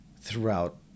throughout